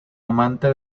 amante